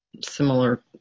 similar